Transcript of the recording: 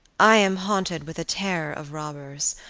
i am haunted with a terror of robbers.